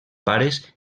pares